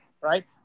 right